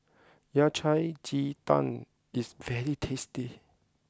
Yao Cai Ji Tang is very tasty